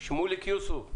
שמוליק יוסוב.